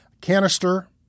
canister